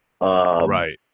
Right